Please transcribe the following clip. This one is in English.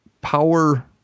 power